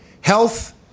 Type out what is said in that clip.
Health